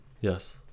yes